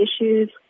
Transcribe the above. issues